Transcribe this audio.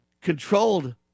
controlled